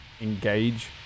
engage